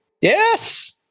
Yes